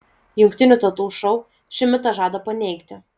jungtinių tautų šou šį mitą žada paneigti